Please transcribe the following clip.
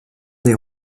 des